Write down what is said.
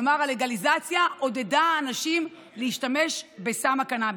כלומר הלגליזציה עודדה אנשים להשתמש בסם הקנביס,